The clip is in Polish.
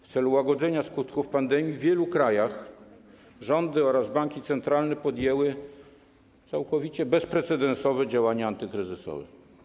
W celu łagodzenia skutków pandemii w wielu krajach rządy oraz banki centralne podjęły całkowicie bezprecedensowe działania antykryzysowe.